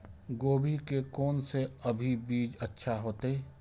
गोभी के कोन से अभी बीज अच्छा होते?